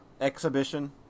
Exhibition